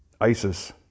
Isis